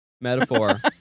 Metaphor